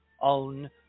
own